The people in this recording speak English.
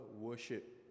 worship